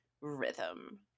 rhythm